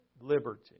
Liberty